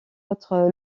autres